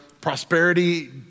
prosperity